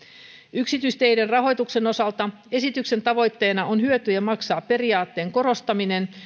yksityisteiden rahoituksen osalta esityksen tavoitteena on hyötyjä maksaa periaatteen korostaminen